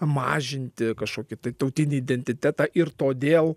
mažinti kažkokį tai tautinį identitetą ir todėl